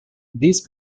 these